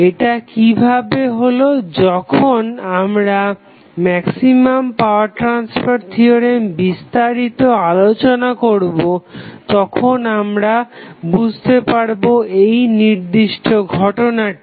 এটা কিভাবে হলো যখন আমরা ম্যাক্সিমাম পাওয়ার ট্রাসফার থিওরেম বিস্তারিত আলোচনা করবো তখন আমরা বুঝতে পারবো এই নির্দিষ্ট ঘটনাটি